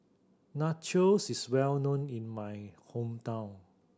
nachos is well known in my hometown